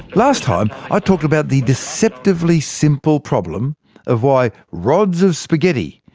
last time, i talked about the deceptively simple problem of why rods of spaghetti,